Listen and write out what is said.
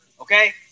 Okay